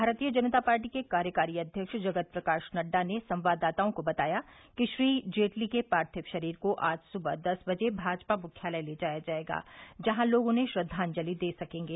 भारतीय जनता पार्टी के कार्यकारी अध्यक्ष जगत प्रकाश नड्डा ने संवाददाताओं को बताया कि श्री जेटली के पार्थिव शरीर को आज सुबह दस बजे भाजपा मुख्यालय ले जाया जायेगा जहां तोग उन्हें श्रद्वांजलि दे सकेंगे